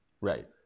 Right